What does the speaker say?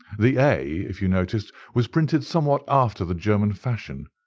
the a, if you noticed, was printed somewhat after the german fashion.